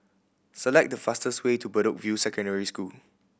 select the fastest way to Bedok View Secondary School